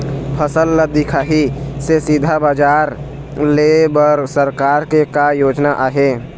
फसल ला दिखाही से सीधा बजार लेय बर सरकार के का योजना आहे?